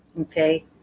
Okay